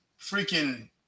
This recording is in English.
freaking